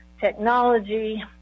technology